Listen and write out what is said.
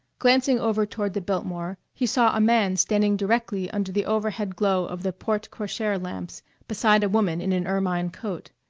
glancing over toward the biltmore, he saw a man standing directly under the overhead glow of the porte-cochere lamps beside a woman in an ermine coat.